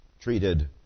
treated